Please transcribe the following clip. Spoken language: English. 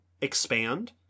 expand